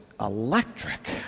electric